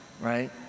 right